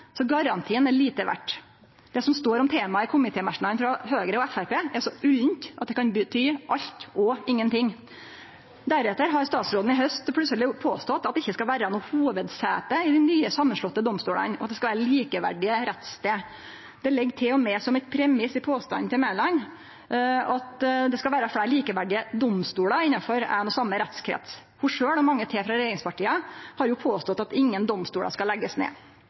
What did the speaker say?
så garantien er lite verd. Det som står om temaet i komitémerknadene frå Høgre og Framstegspartiet, er så ullent at det kan bety alt og ingenting. Deretter har statsråden i haust plutseleg påstått at det ikkje skal vere noko hovudsete i dei nye samanslegne domstolane, og at det skal vere likeverdige rettsstader. Det ligg til og med som ein premiss i påstanden til Mæland at det skal vere fleire likeverdige domstolar innanfor ein og same rettskrets. Ho sjølv, og mange til frå regjeringspartia, har jo påstått at ingen domstolar skal leggjast ned.